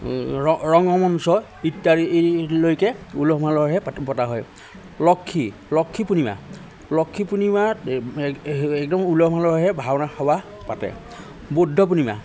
ৰংগমঞ্চ ইত্যাদিলৈকে উলহ মালহেৰে প পতা হয় লক্ষী লক্ষী পূৰ্ণিমা লক্ষ্মী পূৰ্ণিমাত একদম উলহ মালহেৰে ভাওনা সবাহ পাতে বৌদ্ধ পূৰ্ণিমা